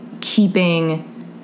keeping